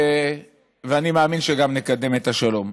ואני מאמין שגם נקדם את השלום.